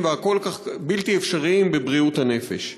כל כך והבלתי-אפשריים כל כך בבריאות הנפש.